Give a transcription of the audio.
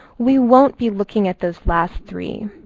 we won't be looking at those last three.